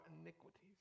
iniquities